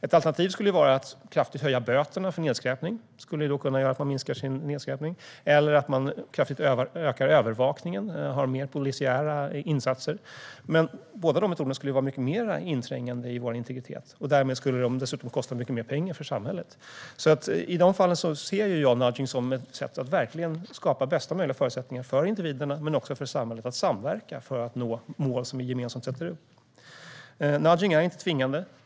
Ett alternativ skulle vara att kraftigt höja böterna för nedskräpning - det skulle kunna göra att människor minskar sin nedskräpning - eller att man kraftigt ökar övervakningen och har mer polisiära insatser. Båda dessa metoder skulle emellertid vara mycket mer inträngande i vår integritet. De skulle dessutom kosta mycket mer pengar för samhället. I de fallen ser jag nudging som ett sätt att verkligen skapa bästa möjliga förutsättningar för individerna och också för samhället att samverka för att nå mål som vi gemensamt sätter upp. Nudging är inte tvingande.